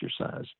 exercise